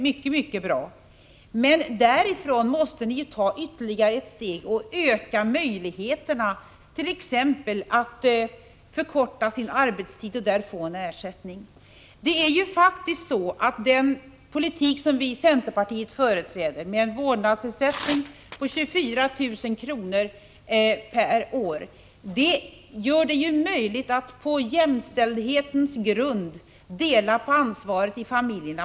Men därifrån måste ni ta ytterligare ett steg och öka möjligheterna för föräldrar att t.ex. förkorta sin arbetstid och då få ersättning. Den politik som vi i centerpartiet företräder, med en vårdnadsersättning på 24 000 kr. per år, gör det faktiskt möjligt att på jämställdhetens grund dela på ansvaret i familjerna.